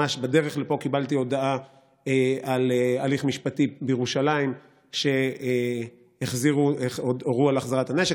ממש בדרך לפה קיבלתי הודעה על הליך משפטי בירושלים שהורו על החזרת הנשק,